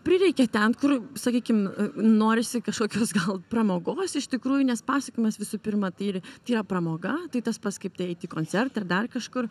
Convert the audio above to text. prireikia ten kur sakykim norisi kažkokios gal pramogos iš tikrųjų nes pasakojimas visų pirma tai ir tai yra pramoga tai tas pats kaip eiti į koncertą ar dar kažkur